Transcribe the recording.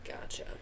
gotcha